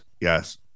yes